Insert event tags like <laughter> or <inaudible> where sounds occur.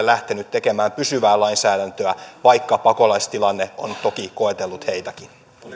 <unintelligible> lähtenyt tekemään pysyvää lainsäädäntöä vaikka pakolaistilanne on toki koetellut heitäkin